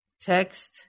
text